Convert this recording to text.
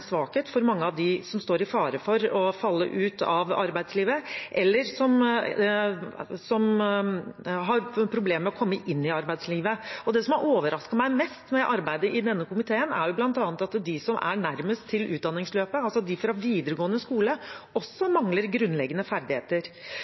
svakhet for mange av dem som står i fare for å falle ut av arbeidslivet, eller som har problemer med å komme inn i arbeidslivet. Det som har overrasket meg mest med arbeidet i denne komiteen, er bl.a. at de som er nærmest til utdanningsløpet, altså de fra videregående skole, også